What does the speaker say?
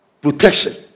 Protection